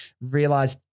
realized